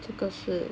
这个是